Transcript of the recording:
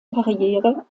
karriere